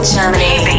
Germany